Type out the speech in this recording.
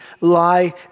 lie